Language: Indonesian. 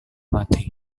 mati